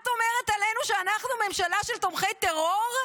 את אומרת עלינו שאנחנו ממשלה של תומכי טרור?